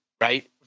right